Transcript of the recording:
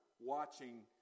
watching